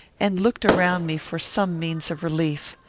and looked around me for some means of relief.